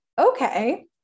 okay